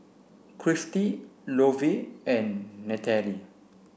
Christi Lovie and Nataly